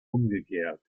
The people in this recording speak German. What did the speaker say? umgekehrt